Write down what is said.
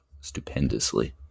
stupendously